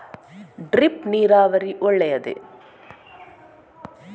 Drip ನೀರಾವರಿ ಒಳ್ಳೆಯದೇ?